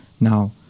now